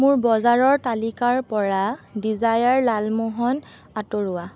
মোৰ বজাৰৰ তালিকাৰ পৰা ডিজায়াৰ লালমোহন আঁতৰোৱা